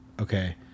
okay